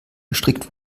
gestrickt